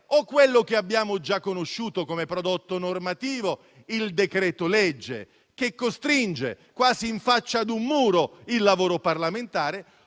è ciò che abbiamo già conosciuto come prodotto normativo (il decreto-legge, che costringe quasi faccia al muro il lavoro parlamentare)